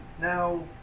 Now